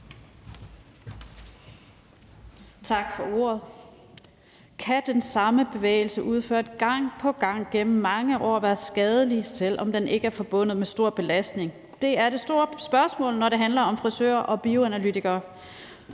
Tak for ordet. Kan den samme bevægelse udført gang på gang gennem mange år være skadelig, selv om den ikke er forbundet med stor belastning? Det er det store spørgsmål, når det handler om frisører og bioanalytikere.